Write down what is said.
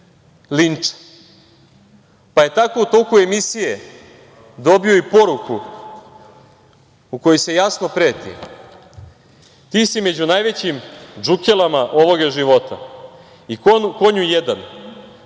linča, pa je tako u toku emisije dobio i poruku u kojoj se jasno preti - „Ti si među najvećim džukelama ovog života. Konju jedan.